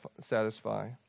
satisfy